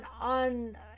on